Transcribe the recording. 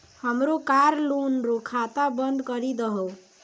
हमरो car loan रो खाता बंद करी दहो